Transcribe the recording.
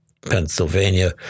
Pennsylvania